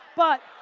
but